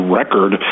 record